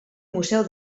museu